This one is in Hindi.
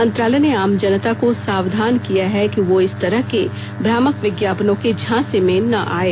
मंत्रालय ने आम जनता को सावधान किया है कि वह इस तरह के भ्रामक विज्ञापनों के झांसे में न आये